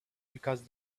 because